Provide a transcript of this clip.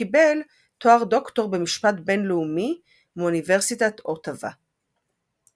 קיבל תואר ד"ר במשפט בינלאומי מאוניברסיטת אוטאווה.